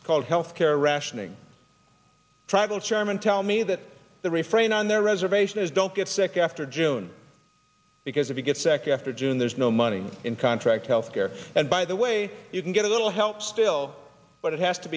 care called health care rationing travel chairman tell me that the refrain on their reservation is don't get sick after june because if you get second after june there's no money in contract health care and by the way you can get a little help still but it has to